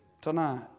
tonight